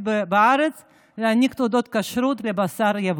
בארץ שיכול להעניק תעודות כשרות לבשר מיובא.